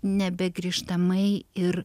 nebegrįžtamai ir